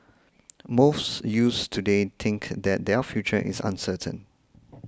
most youths today think that their future is uncertain